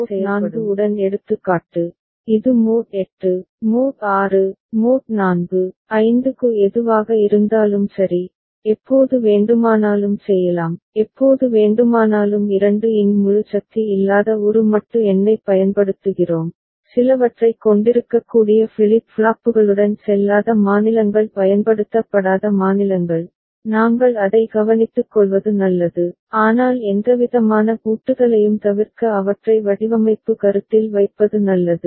எனவே இவை மோட் 4 உடன் எடுத்துக்காட்டு இது மோட் 8 மோட் 6 மோட் 4 5 க்கு எதுவாக இருந்தாலும் சரி எப்போது வேண்டுமானாலும் செய்யலாம் எப்போது வேண்டுமானாலும் 2 இன் முழு சக்தி இல்லாத ஒரு மட்டு எண்ணைப் பயன்படுத்துகிறோம் சிலவற்றைக் கொண்டிருக்கக்கூடிய ஃபிளிப் ஃப்ளாப்புகளுடன் செல்லாத மாநிலங்கள் பயன்படுத்தப்படாத மாநிலங்கள் நாங்கள் அதை கவனித்துக்கொள்வது நல்லது ஆனால் எந்தவிதமான பூட்டுதலையும் தவிர்க்க அவற்றை வடிவமைப்பு கருத்தில் வைப்பது நல்லது